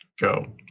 go